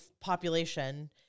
population